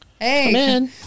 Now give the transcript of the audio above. hey